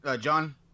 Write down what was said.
John